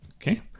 Okay